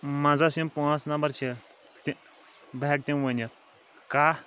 منٛزس یِم پانٛژھ نمبر چھِ تہِ بہٕ ہٮ۪کہٕ تِم ؤنِتھ کَہہ